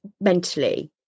mentally